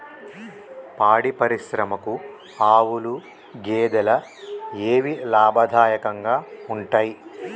పాడి పరిశ్రమకు ఆవుల, గేదెల ఏవి లాభదాయకంగా ఉంటయ్?